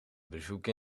bezoeken